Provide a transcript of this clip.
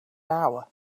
hour